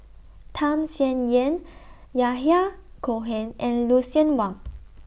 Tham Sien Yen Yahya Cohen and Lucien Wang